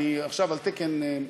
אני עכשיו על תקן מקצועי,